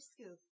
Scoop